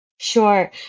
Sure